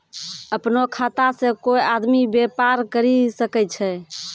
अपनो खाता से कोय आदमी बेपार करि सकै छै